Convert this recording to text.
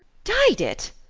dyed it!